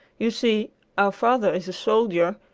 you see our father is a soldier,